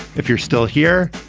if you're still here,